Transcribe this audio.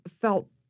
felt